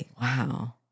wow